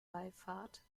wallfahrt